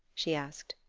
she asked.